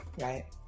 Right